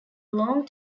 long